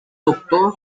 doctor